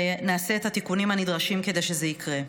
ונעשה את התיקונים הנדרשים כדי שזה יקרה.